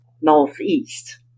Northeast